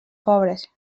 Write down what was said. pobres